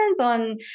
on